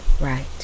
right